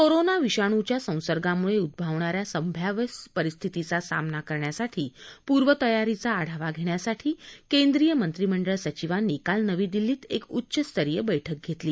corona विषाणूच्या संसर्गामुळे उद्ववणाऱ्या संभाव्य परिस्थितीचा सामना करण्यासाठी पूर्वतयारीचा आढावा घेण्यासाठी केंद्रीय मंत्रिमंडळ सचिवांनी काल नवी दिल्लीत एक उच्चस्तरीय बैठक घेतली